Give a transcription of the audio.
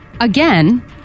again